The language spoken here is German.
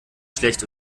schlecht